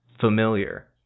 familiar